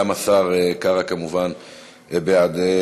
גם השר קרא, כמובן, בעד.